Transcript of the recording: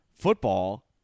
football